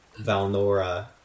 Valnora